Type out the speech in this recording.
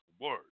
word